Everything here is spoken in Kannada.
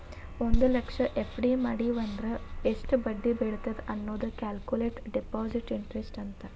ಒಂದ್ ಲಕ್ಷ ಎಫ್.ಡಿ ಮಡಿವಂದ್ರ ಎಷ್ಟ್ ಬಡ್ಡಿ ಬೇಳತ್ತ ಅನ್ನೋದ ಕ್ಯಾಲ್ಕುಲೆಟ್ ಡೆಪಾಸಿಟ್ ಇಂಟರೆಸ್ಟ್ ಅಂತ